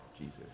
Jesus